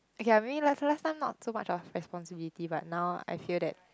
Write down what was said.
okay lah maybe last last time not so much of responsibility but now I feel that